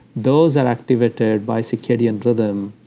those are activated by circadian rhythm,